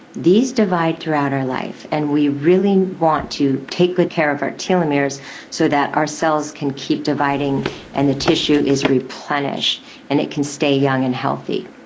these divide throughout our life, and we really want to take good care of our telomeres so that our cells can keep dividing and the tissue is replenished and it can stay young and healthy.